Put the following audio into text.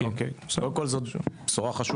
זו בשורה חשובה,